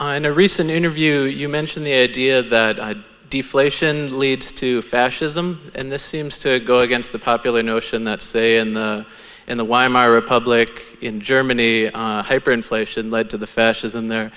i know a recent interview you mentioned the idea that deflation leads to fascism and this seems to go against the popular notion that say in the in the wire my republic in germany hyperinflation lead to the fascism there